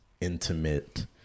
intimate